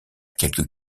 quelques